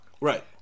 Right